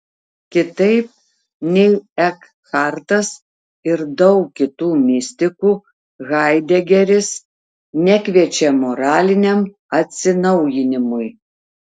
kitaip nei ekhartas ir daug kitų mistikų haidegeris nekviečia moraliniam atsinaujinimui